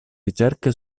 ricerche